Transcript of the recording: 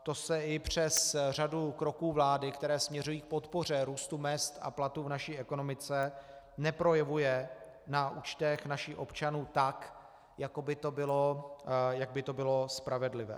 To se i přes řadu kroků vlády, které směřují k podpoře růstu mezd a platů v naší ekonomice, neprojevuje na účtech našich občanů tak, jak by to bylo spravedlivé.